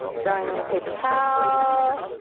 drying on the paper towel.